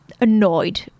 annoyed